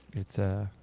it's ah.